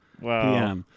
Wow